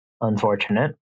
unfortunate